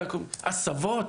הסבות,